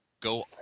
go